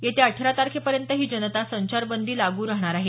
येत्या अठरा तारखेपर्यंत ही जनता संचारबंदी लागू राहणार आहे